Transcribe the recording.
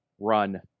run